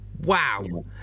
wow